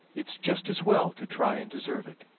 it's just as well to try and deserve it.